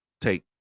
take